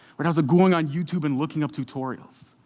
right? i was going on youtube and looking up tutorials.